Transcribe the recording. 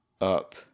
up